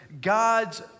God's